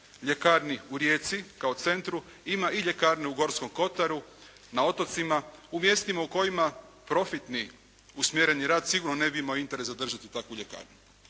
ljekarni u Rijeci kao centru ima i ljekarne u Gorskom kotaru, na otocima, u mjestima u kojima profitni usmjereni rad sigurno ne bi imao interes zadržati takvu ljekarnu.